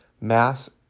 Mass